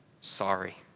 sorry